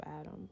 Adam